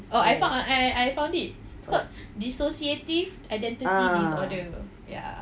yes uh ah